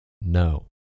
No